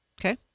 Okay